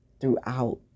throughout